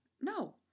no